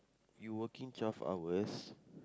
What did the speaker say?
you working twelve hours